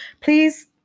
please